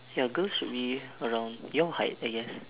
ya girls should be around your height I guess